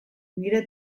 nire